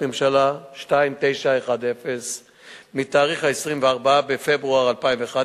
ממשלה מס' 2910 מתאריך 24 בפברואר 2011,